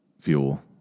fuel